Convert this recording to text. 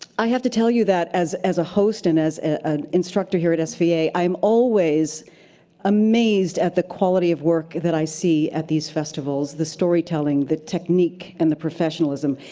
i have to tell you that as as a host and as an instructor here at sva, i am always amazed at the quality of work that i see at these festivals. the storytelling, the technique and the professionalism.